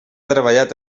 treballat